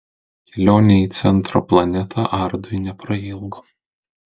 kelionė į centro planetą ardui neprailgo